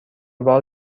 بار